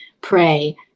pray